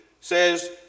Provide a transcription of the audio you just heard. says